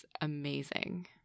amazing